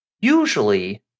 usually